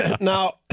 now